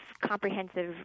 comprehensive